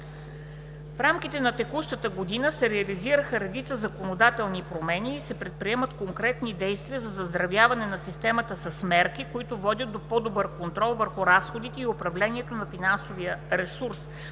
В рамките на текущата година се реализираха редица законодателни промени и се предприемат конкретни действия за заздравяване на системата с мерки, които водят до по-добър контрол върху разходите и управлението на финансовите ресурси